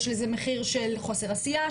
יש לזה מחיר של חוסר עשייה,